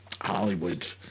Hollywood